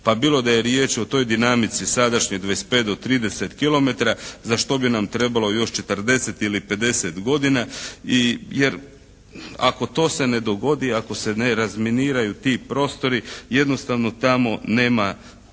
Pa bilo da je riječ o toj dinamici sadašnjoj 25 do 30 kilometara za što bi nam trebalo još 40 ili 50 godina. I, jer ako to se ne dogodi, ako se ne razminiraju ti prostori jednostavno tamo nema,